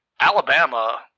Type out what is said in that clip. Alabama